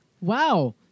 Wow